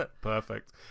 Perfect